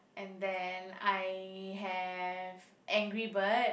and then I have Angry-Bird